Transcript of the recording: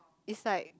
it's like